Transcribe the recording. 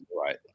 right